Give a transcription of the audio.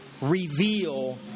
reveal